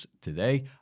today